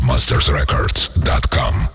MastersRecords.com